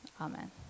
Amen